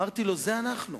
אמרתי לו: זה אנחנו,